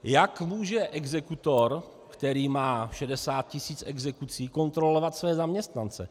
Jak může exekutor, který má 60 tisíc exekucí, kontrolovat své zaměstnance?